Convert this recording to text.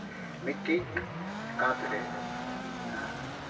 ᱢᱤᱫᱴᱤᱱ ᱠᱟᱸᱛ ᱨᱮ